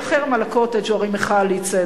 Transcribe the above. כי החרם על ה"קוטג'" הוא הרי מחאה על אי-צדק,